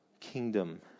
kingdom